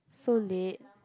so late